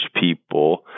people